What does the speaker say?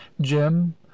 jim